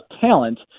talent